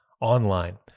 online